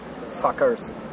fuckers